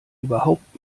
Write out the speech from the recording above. überhaupt